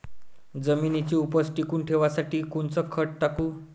जमिनीची उपज टिकून ठेवासाठी कोनचं खत टाकू?